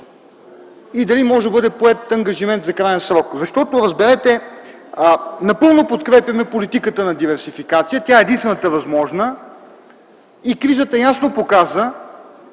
ли да бъде поет ангажимент за краен срок? Разберете, напълно подкрепяме политиката за диверсификация. Тя е единствената възможна. Кризата ясно показва,